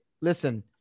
listen